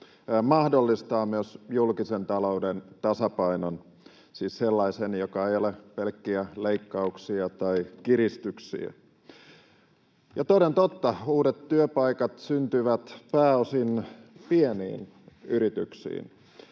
mahdollistaa myös julkisen talouden tasapainon, siis sellaisen, joka ei ole pelkkiä leikkauksia tai kiristyksiä, ja toden totta uudet työpaikat syntyvät pääosin pieniin yrityksiin.